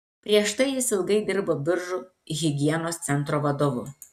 prieš tai jis ilgai dirbo biržų higienos centro vadovu